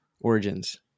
Origins